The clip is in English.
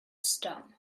stone